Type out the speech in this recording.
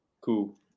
Cool